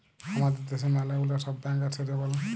হামাদের দ্যাশে ম্যালা গুলা সব ব্যাঙ্ক আসে যেমল